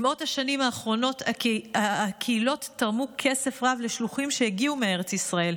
במאות השנים האחרונות הקהילות תרמו כסף רב לשלוחים שהגיעו מארץ ישראל.